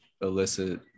illicit